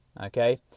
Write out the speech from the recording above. okay